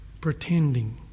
pretending